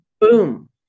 Boom